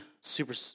Super